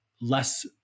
less